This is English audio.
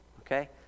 Okay